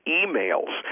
emails